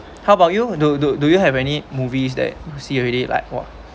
how about you do do do you have any movies that you see already like !wah!